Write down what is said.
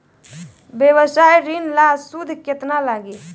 व्यवसाय ऋण ला सूद केतना लागी?